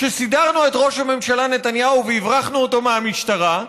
כשסידרנו את ראש הממשלה נתניהו והברחנו אותו מהמשטרה,